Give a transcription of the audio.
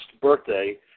birthday